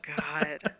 God